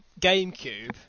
GameCube